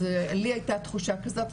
אז לי הייתה תחושה כזאת,